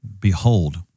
Behold